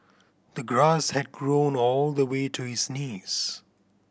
the grass had grown all the way to his knees